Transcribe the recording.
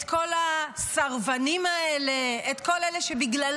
את כל הסרבנים האלה, את כל אלה שבגללם,